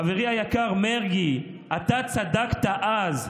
חברי היקר מרגי, אתה צדקת אז.